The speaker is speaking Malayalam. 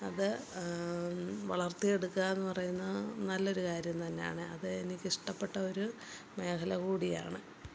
അത് വളർത്തിയെടുക്കാന്ന് പറയുന്നത് നല്ലൊരു കാര്യം തന്നെയാണ് അത് എനിക്ക് ഇഷ്ടപ്പെട്ട ഒരു മേഖലകൂടിയാണ്